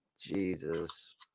Jesus